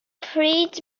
pryd